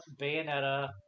Bayonetta